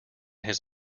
his